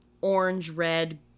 orange-red